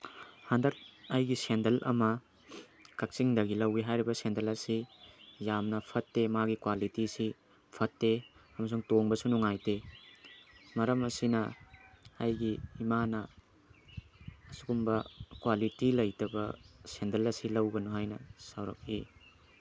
ꯍꯟꯗꯛ ꯑꯩꯒꯤ ꯁꯦꯟꯗꯜ ꯑꯃ ꯀꯛꯆꯤꯡꯗꯒꯤ ꯂꯧꯏ ꯍꯥꯏꯔꯤꯕ ꯁꯦꯟꯗꯜ ꯑꯁꯤ ꯌꯥꯝꯅ ꯐꯠꯇꯦ ꯃꯥꯒꯤ ꯀ꯭ꯋꯥꯂꯤꯇꯤꯁꯤ ꯐꯠꯇꯦ ꯑꯃꯁꯨꯡ ꯇꯣꯡꯕꯁꯨ ꯅꯨꯡꯉꯥꯏꯇꯦ ꯃꯔꯝ ꯑꯁꯤꯅ ꯑꯩꯒꯤ ꯏꯃꯥꯅ ꯑꯁꯤꯒꯨꯝꯕ ꯀ꯭ꯋꯥꯂꯤꯇꯤ ꯂꯩꯇꯕ ꯁꯦꯟꯗꯜ ꯑꯁꯤ ꯂꯧꯒꯅꯨ ꯍꯥꯏꯅ ꯁꯥꯎꯔꯛꯏ